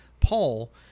Paul